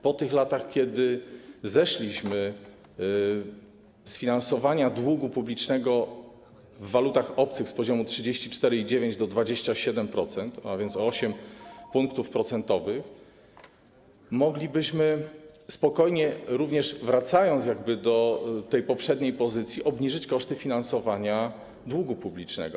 Po tych latach, kiedy zeszliśmy w finansowaniu długu publicznego w walutach obcych z poziomu 34,9% do 27%, a więc o 8 punktów procentowych, moglibyśmy spokojnie, również wracając do tej poprzedniej pozycji, obniżyć koszty finansowania długu publicznego.